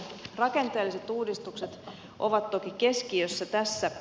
rakenteelliset uudistukset ovat toki keskiössä tässä